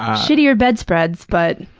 shittier bedspreads, but.